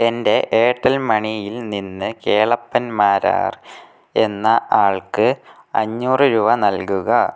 എൻ്റെ എയർടെൽ മണിയിൽ നിന്ന് കേളപ്പൻ മാരാർ എന്ന ആൾക്ക് അഞ്ഞൂറ് രൂപ നൽകുക